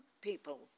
people